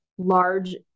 large